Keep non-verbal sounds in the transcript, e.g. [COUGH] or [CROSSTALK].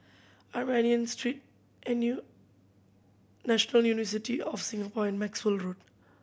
Armenian Street [UNINTELLIGIBLE] National University of Singapore and Maxwell Road